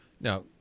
now